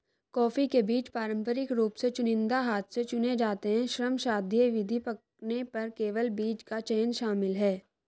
coffee के बीज पारंपरिक रूप से चुनिंदा हाथ से चुने जाते हैं, श्रमसाध्य विधि, पकने पर केवल बीज का चयन शामिल है